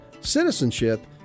citizenship